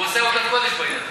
הוא עושה עבודת קודש בעניין הזה.